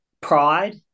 pride